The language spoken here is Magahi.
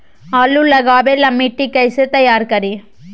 आलु लगावे ला मिट्टी कैसे तैयार करी?